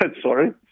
Sorry